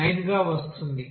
9 గా వస్తోంది